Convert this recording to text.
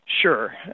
Sure